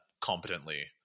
competently